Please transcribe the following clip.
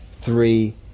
three